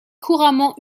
couramment